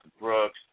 Brooks